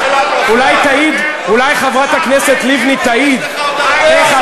אולי חברת הכנסת לבני תעיד איך,